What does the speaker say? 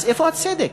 אז איפה הצדק?